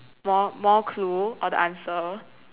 more more clue or the answer